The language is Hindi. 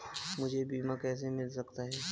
मुझे बीमा कैसे मिल सकता है?